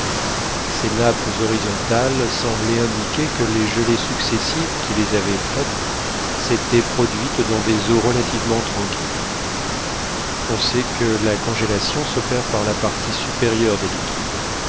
ces nappes horizontales semblaient indiquer que les gelées successives qui les avaient faites s'étaient produites dans des eaux relativement tranquilles on sait que la congélation s'opère par la partie supérieure des liquides